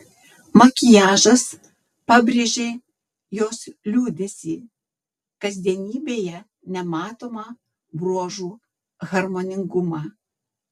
makiažas pabrėžė jos liūdesį kasdienybėje nematomą bruožų harmoningumą